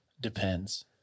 Depends